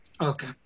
Okay